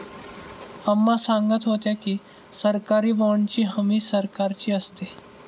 अम्मा सांगत होत्या की, सरकारी बाँडची हमी सरकारची असते